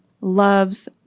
love's